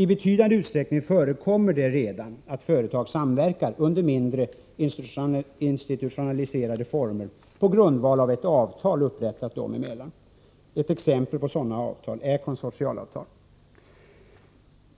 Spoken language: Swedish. I betydande utsträckning förekommer det redan att företag samverkar under mindre institutionaliserade former på grundval av ett avtal företagen emellan. Ett exempel på sådana avtal är konsortialavtal.